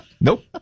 Nope